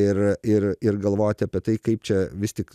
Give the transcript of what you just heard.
ir ir ir galvoti apie tai kaip čia vis tik